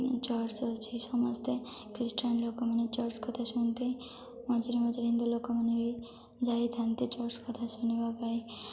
church ଅଛି ସମସ୍ତେ Christian ଲୋକମାନେ ଚର୍ଚ୍ଚ କଥା ଶୁଣନ୍ତି ମଝିରେ ମଝିରେ ହିନ୍ଦୁ ଲୋକମାନେ ବି ଯାଇଥାନ୍ତି ଚର୍ଚ୍ଚ କଥା ଶୁଣିବା ପାଇଁ